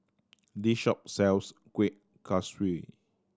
this shop sells Kuih Kaswi